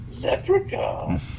leprechaun